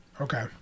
Okay